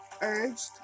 urged